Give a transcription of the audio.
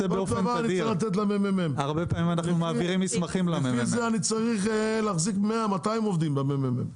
לפי זה אני צריך להחזיק 200-100 עובדים בממ"מ.